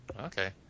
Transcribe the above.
Okay